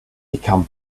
become